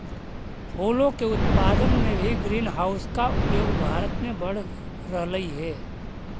फूलों के उत्पादन में भी ग्रीन हाउस का उपयोग भारत में बढ़ रहलइ हे